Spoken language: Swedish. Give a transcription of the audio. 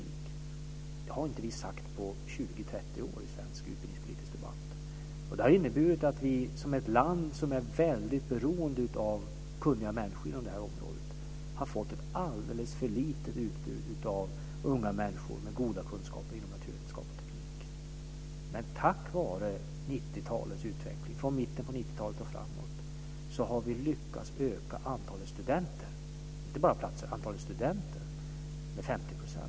Det har vi inte sagt på 20-30 år i svensk utbildningspolitisk debatt. Det har inneburit att vi, som ett land som är mycket beroende av kunniga människor inom det området, har fått ett alldeles för litet utbud av unga människor med goda kunskaper inom naturvetenskap och teknik. Tack vare utvecklingen från mitten på 90-talet och framåt har vi lyckats öka antalet studenter, inte bara antalet platser, med 50 %.